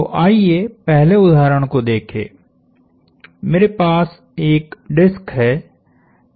तो आइए पहले उदाहरण को देखें मेरे पास एक डिस्क है